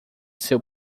seu